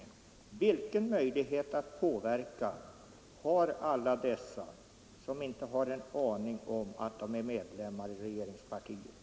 Men vilken möjlighet att påverka har alla dessa som inte har en aning om att de är medlemmar i regeringspartiet?